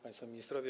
Państwo Ministrowie!